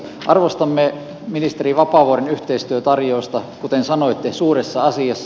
arvostamme ministeri vapaavuoren yhteistyötarjousta kuten sanoitte suuressa asiassa